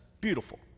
beautiful